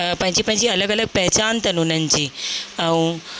पंहिंजी पंहिंजी अलॻि अलॻि पहचान अथनि हुननि जी ऐं